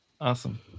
Awesome